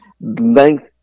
length